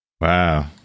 Wow